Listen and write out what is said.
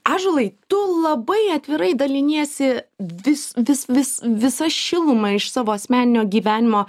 ąžuolai tu labai atvirai daliniesi vis vis vis visa šiluma iš savo asmeninio gyvenimo